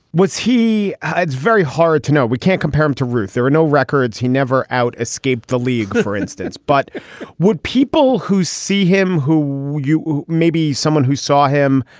what's he? it's very hard to know. we can't compare him to ruth. there are no records. he never out escaped the league, for instance. but would people who see him who you maybe someone who saw him,